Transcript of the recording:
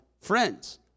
friends